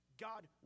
God